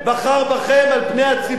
בחר בכם על פני הציבור,